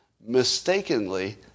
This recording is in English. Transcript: Mistakenly